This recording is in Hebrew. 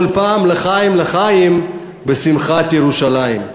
כל פעם: "לחיים, לחיים, בשמחת ירושלים".